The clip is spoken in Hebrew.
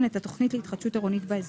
את התכנית להתחדשות עירונית באזור'.